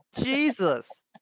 Jesus